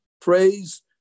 praise